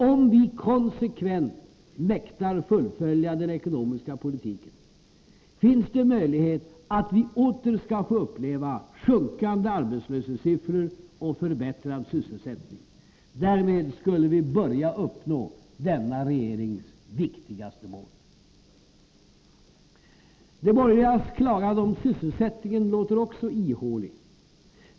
Om vi konsekvent mäktar fullfölja den ekonomiska politiken, finns det möjlighet att vi åter skall få uppleva sjunkande arbetslöshetssiffror och förbättrad sysselsättning. Därmed skulle vi börja uppnå denna regerings viktigaste mål. ; De borgerligas klagan om sysselsättningen låter också ihålig.